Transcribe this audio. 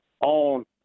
On